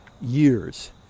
years